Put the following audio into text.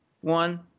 one